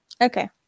Okay